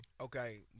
Okay